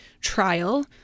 trial